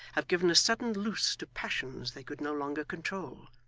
have given a sudden loose to passions they could no longer control.